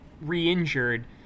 re-injured